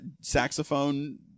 saxophone